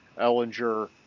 Ellinger